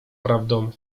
prawdą